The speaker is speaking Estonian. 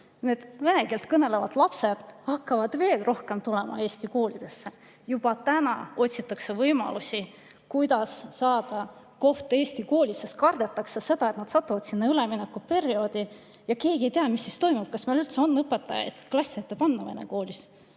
Need vene keelt kõnelevad lapsed hakkavad veel rohkem tulema eesti koolidesse. Juba täna otsitakse võimalusi, kuidas saada koht eesti koolis, sest kardetakse seda, et nad satuvad sinna üleminekuperioodi, ja keegi ei tea, mis siis toimuma hakkab. Kas meil üldse on õpetajaid klassi ette panna vene koolis,